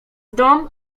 dom